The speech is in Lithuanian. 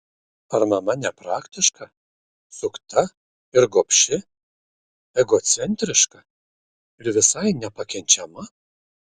ar mama nepraktiška sukta ir gobši egocentriška ir visai nepakenčiama